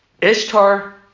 Ishtar